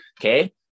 okay